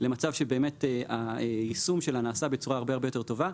למצב שהיישום שלה נעשה בצורה הרבה יותר טובה,